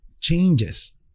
changes